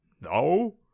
No